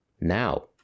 Now